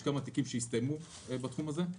יש כמה תיקים שהסתיימו בתחום הזה.